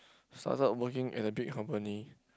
started working at a big company